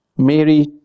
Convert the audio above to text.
Mary